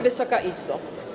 Wysoka Izbo!